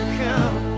come